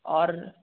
और